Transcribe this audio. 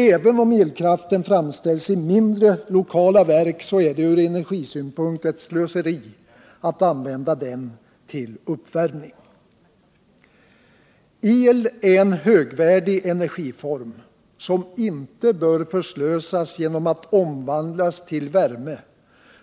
Även om elkraften framställs i mindre, lokala verk är det från energiproduktionssynpunkt ett slöseri att använda den till uppvärmning. El är en högvärdig energiform, som inte bör förslösas genom att omvandlas till värme